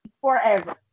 forever